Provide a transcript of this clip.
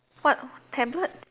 what tablet